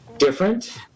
different